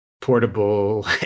portable